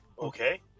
okay